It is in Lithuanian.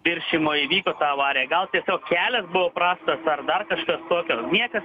viršijimo įvyko ta avarija gal tiesiog kelias buvo prastas ar dar kažkas tokio niekas